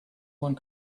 one